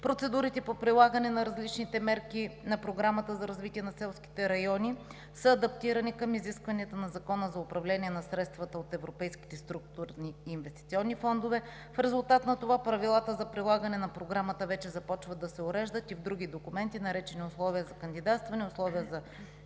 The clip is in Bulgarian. Процедурите по прилагане на различните мерки на Програмата за развитие на селските райони са адаптирани към изискванията на Закона за управление на средствата от европейските структурни и инвестиционни фондове. В резултат на това правилата за прилагане на Програмата вече започват да се уреждат и в други документи, наречени условия за кандидатстване и условия за